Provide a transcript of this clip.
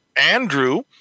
Andrew